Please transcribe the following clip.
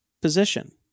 position